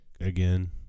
again